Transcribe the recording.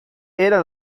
era